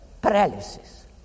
paralysis